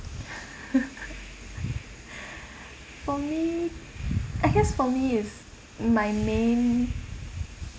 for me I guess for me is my main